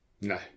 No